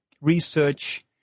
research